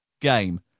game